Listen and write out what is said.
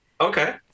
Okay